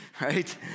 right